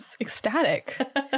ecstatic